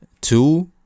Two